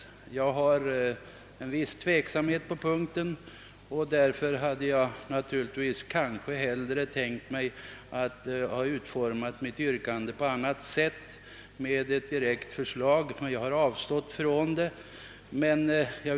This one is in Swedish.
Hur som helst hyser jag en viss tveksamhet på denna punkt, och jag borde kanske hellre ha utformat mitt yrkande på ett annat sätt — som ett direkt förslag. Jag har dock avstått från att göra det.